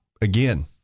Again